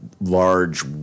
large